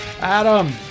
Adam